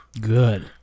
Good